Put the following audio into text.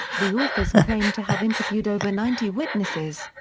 the authors claimed to have interviewed over ninety witnesses.